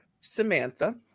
Samantha